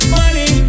money